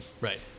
Right